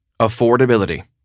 affordability